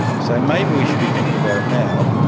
so maybe we should be thinking about it now,